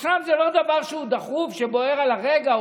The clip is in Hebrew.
עכשיו זה לא דבר שהוא דחוף, שבוער על הרגע.